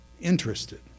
interested